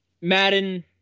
Madden